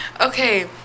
Okay